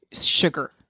sugar